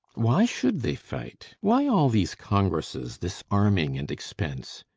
why should they fight? why all these congresses, this arming and expense?